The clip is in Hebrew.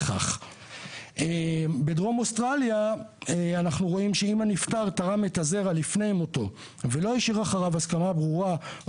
ואנחנו עושים הכל כדי שהדברים יצאו מכאן בצורה אחראית,